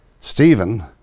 Stephen